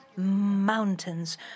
mountains